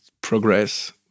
progress